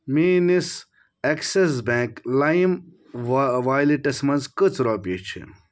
میٛٲنِس Axis Bank Lime والٮ۪ٹَس منٛز کٔژ رۄپیہِ چھِ